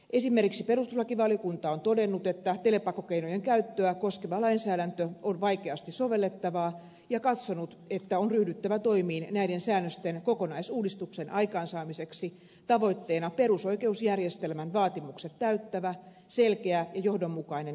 esimerkiksi perustuslakivaliokunta on todennut että telepakkokeinojen käyttöä koskeva lainsäädäntö on vaikeasti sovellettavaa ja katsonut että on ryhdyttävä toimiin näiden säännösten kokonaisuudistuksen aikaansaamiseksi tavoitteena perusoikeusjärjestelmän vaatimukset täyttävä selkeä ja johdonmukainen sääntelykokonaisuus